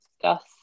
discuss